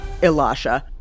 Ilasha